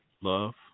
love